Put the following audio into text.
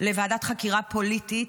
לוועדת חקירה פוליטית,